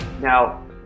Now